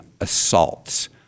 assaults